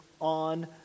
on